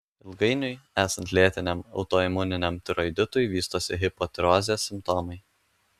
ilgainiui esant lėtiniam autoimuniniam tiroiditui vystosi hipotirozės simptomai